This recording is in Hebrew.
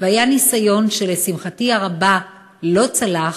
והיה ניסיון, שלשמחתי הרבה לא צלח,